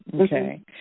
Okay